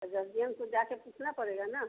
तो गर्जियन को जाकर पूछना पड़ेगा ना